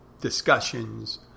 discussions